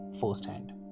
firsthand